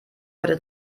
heute